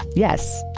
yes,